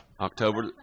October